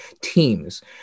Teams